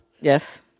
Yes